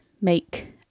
make